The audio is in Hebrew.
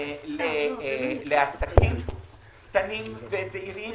לעסקים קטנים וזעירים